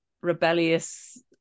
rebellious